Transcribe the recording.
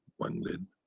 wang lin!